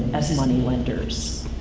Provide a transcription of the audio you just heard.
as moneylenders?